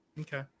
Okay